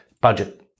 budget